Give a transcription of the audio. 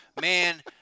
Man